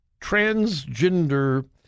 transgender